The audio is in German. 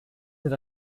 sind